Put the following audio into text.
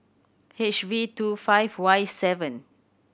H V two five Y seven